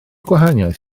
gwahaniaeth